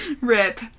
rip